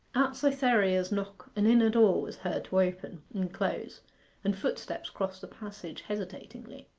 at cytherea's knock an inner door was heard to open and close, and footsteps crossed the passage hesitatingly.